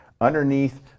underneath